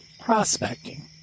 Prospecting